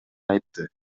айтты